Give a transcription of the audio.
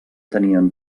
tenien